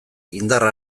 indarra